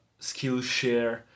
Skillshare